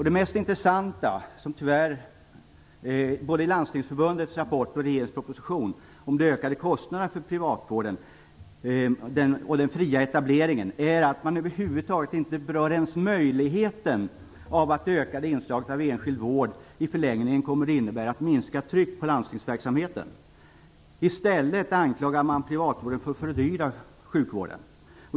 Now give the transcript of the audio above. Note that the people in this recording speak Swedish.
Det intressantaste, tyvärr både i Landstingsförbundets rapport och i regeringens proposition om de ökade kostnaderna för privatvården och den fria etableringen, är att man över huvud taget inte ens berör möjligheten att ökade inslag i enskild vård i en förlängning kommer att innebära ett minskat tryck på landstingsverksamheten. I stället anklagar man privatvården för att fördyra sjukvården.